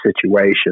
situation